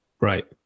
Right